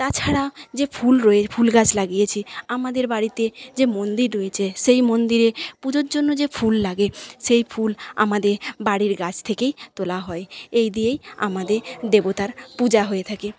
তাছাড়া যে ফুল রয়ে ফুল গাছ লাগিয়েছি আমাদের বাড়িতে যে মন্দির রয়েছে সেই মন্দিরে পুজোর জন্য যে ফুল লাগে সেই ফুল আমাদের বাড়ির গাছ থেকেই তোলা হয় এই দিয়েই আমাদের দেবতার পূজা হয়ে থাকে